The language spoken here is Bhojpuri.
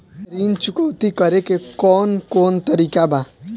ऋण चुकौती करेके कौन कोन तरीका बा?